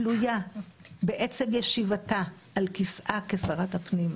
ותלויה בעצם ישיבתה על כיסאה כשרת הפנים,